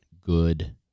good